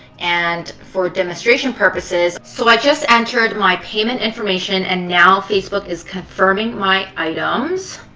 and for demonstration purposes, so i just entered my payment information and now facebook is confirming my items.